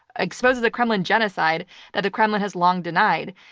exposes the kremlin genocide that the kremlin has long denied.